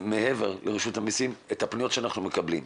מעבר לרשות המסים את הפניות שאתם מקבלים.